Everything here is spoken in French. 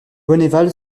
bonneval